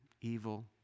evil